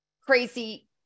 crazy